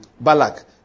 Balak